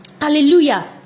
Hallelujah